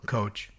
Coach